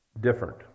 different